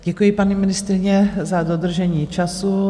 Děkuji, paní ministryně, za dodržení času.